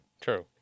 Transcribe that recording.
True